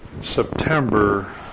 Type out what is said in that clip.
September